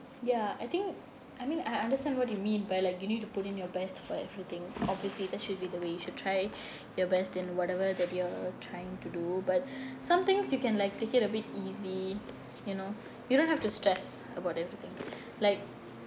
ya I think I mean I understand what you mean by like you need to put in your best for everything obviously that should be the way you should try your best in whatever that you are trying to do but some things you can like take it a bit easy you know you don't have to stress about everything like